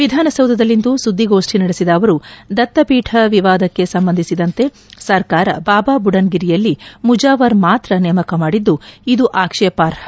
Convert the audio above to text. ವಿಧಾನಸೌಧದಲ್ಲಿಂದು ಸುದ್ದಿಗೋಷ್ಠಿ ನಡೆಸಿದ ಅವರು ದತ್ತಬೀಕ ವಿವಾದಕ್ಕೆ ಸಂಬಂಧಿಸಿದಂತೆ ಸರ್ಕಾರ ಬಾಬಾಬುಡನಗಿರಿಯಲ್ಲಿ ಮುಜಾವರ್ ಮಾತ್ರ ನೇಮಕ ಮಾಡಿದ್ದು ಇದು ಆಕ್ಷೇಪಾರ್ಹ